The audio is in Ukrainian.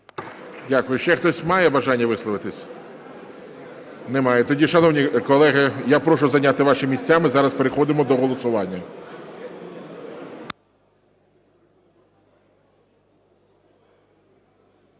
Дякую. Ще хтось має бажання висловитися? Немає. Тоді, шановні колеги, я прошу зайняти ваші місця, ми зараз переходимо до голосування.